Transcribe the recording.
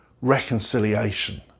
reconciliation